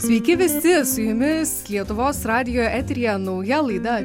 sveiki visi su jumis lietuvos radijo eteryje nauja laida